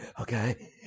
okay